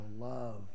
love